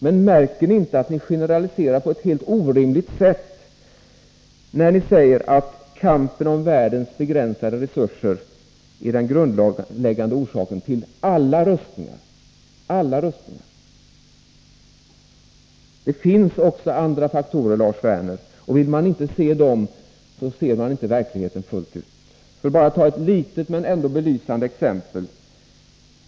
Men märker ni inte att ni generaliserar på ett helt orimligt sätt när ni säger att kampen om världens begränsade resurser är den grundläggande orsaken till alla rustningar? Det finns också andra faktorer, Lars Werner. Vill man inte se dem, ser man inte verkligheten fullt ut. Jag skall bara ta ett litet men ändå belysande exempel.